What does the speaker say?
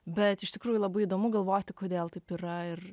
bet iš tikrųjų labai įdomu galvoti kodėl taip yra ir